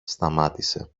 σταμάτησε